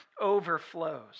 overflows